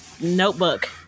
notebook